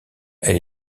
elle